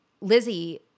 Lizzie